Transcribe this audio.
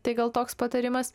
tai gal toks patarimas